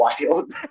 wild